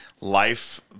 life